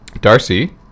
darcy